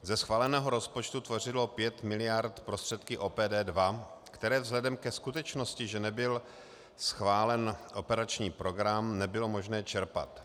Ze schváleného rozpočtu tvořilo 5 miliard prostředky OPD2, které vzhledem ke skutečnosti, že nebyl schválen operační program, nebylo možné čerpat.